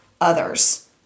others